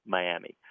Miami